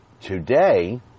today